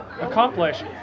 accomplish